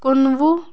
کُنوُہ